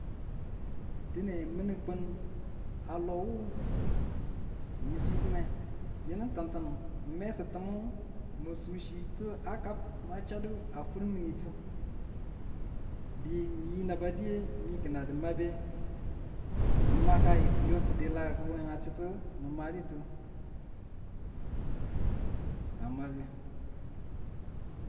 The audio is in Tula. Dine min ng kun a lo wu ni su timye, yunu tintin ng me ti tumu mi su chitu a kab ma chadu a fur minitu. Di mi yi naba diye mi kin a di mabe ki makaye kiyotu delaku we a chutu mi madituwe tamabe.